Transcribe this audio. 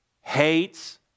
hates